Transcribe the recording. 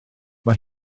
mae